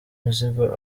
imizigo